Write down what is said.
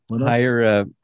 Hire